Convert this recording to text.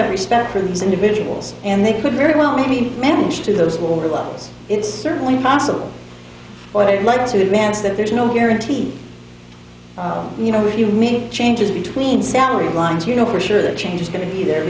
have respect for these individuals and they could very well mean managed to those will be levels it's certainly possible but i'd like to advance that there's no guarantee you know if you make changes between salary lines you know for sure that change is going to be there